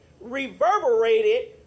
reverberated